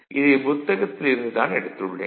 இதை புத்தகத்தில் இருந்து தான் எடுத்துள்ளேன்